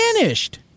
vanished